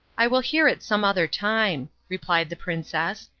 i will hear it some other time, replied the princess.